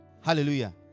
Hallelujah